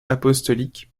apostolique